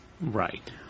right